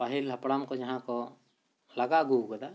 ᱯᱟᱹᱦᱤᱞ ᱦᱟᱯᱲᱟᱢ ᱠᱚ ᱡᱟᱦᱟᱸ ᱠᱚ ᱞᱟᱜᱟᱣ ᱟᱹᱜᱩ ᱟᱠᱟᱫᱟ